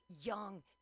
young